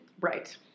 right